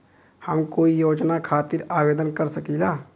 हम कोई योजना खातिर आवेदन कर सकीला?